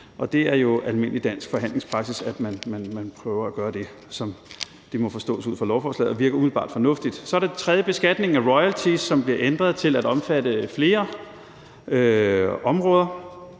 og det er jo almindelig dansk forhandlingspraksis, at man prøver at gøre det, som det må forstås ud fra lovforslaget umiddelbart virker fornuftigt. For det tredje er der beskatning af royalties, som bliver ændret til at omfatte flere områder,